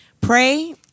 Pray